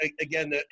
again